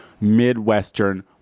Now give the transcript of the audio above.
Midwestern